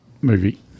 movie